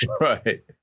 right